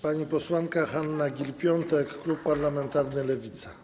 Pani posłanka Hanna Gill-Piątek, klub parlamentarny Lewica.